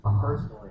personally